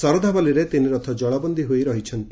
ଶରଧାବାଲିରେ ତିନିରଥ ଜଳବନ୍ଦୀ ହୋଇ ରହିଛନ୍ତି